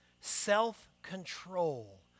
self-control